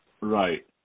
Right